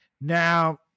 Now